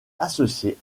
associé